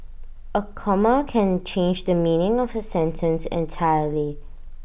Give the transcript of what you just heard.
A comma can change the meaning of A sentence entirely